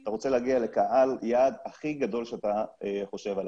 אתה רוצה להגיע לקהל יעד הכי גדול שאתה חושב עליו.